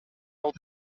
алып